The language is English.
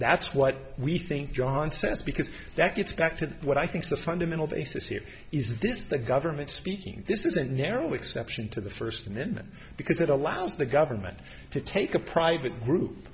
that's what we think john says because that gets back to what i think the fundamental basis here is this is the government speaking this is a narrow exception to the first amendment because it allows the government to take a private group